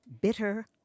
Bitter